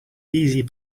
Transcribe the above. easy